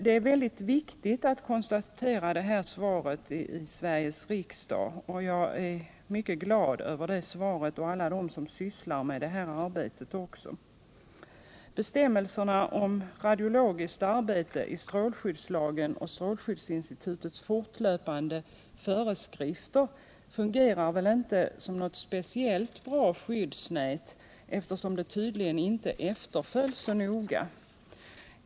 Det är mycket viktigt att konstatera att det svaret har lämnats i Sveriges riksdag, och både jag och alla de som sysslar med detta arbete är mycket glada över det svaret. Bestämmelserna om radiologiskt arbete i strålskyddslagen och strålskyddsinstitutets fortlöpande föreskrifter fungerar väl inte som något speciellt bra skyddsnät, eftersom de tydligen inte efterlevs så noga.